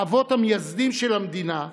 האבות המייסדים של המדינה,